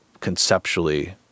conceptually